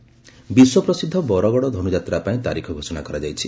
ଧନୁଯାତ୍ରା ବିଶ୍ୱପ୍ରସିଦ୍ଧ ବରଗଡ଼ ଧନୁଯାତ୍ରା ପାଇଁ ତାରିଖ ଘୋଷଣା କରାଯାଇଛି